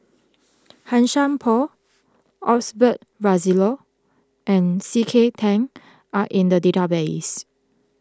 Han Sai Por Osbert Rozario and C K Tang are in the database